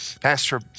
Pastor